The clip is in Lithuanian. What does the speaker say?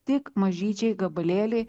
tik mažyčiai gabalėliai